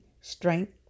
strength